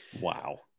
wow